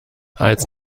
als